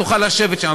תוכל לשבת שם.